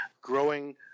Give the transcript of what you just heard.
growing